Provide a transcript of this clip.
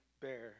bear